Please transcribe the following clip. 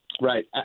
Right